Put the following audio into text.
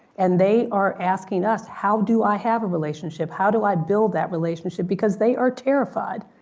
and they are asking us, how do i have a relationship, how do i build that relationship? because they are terrified.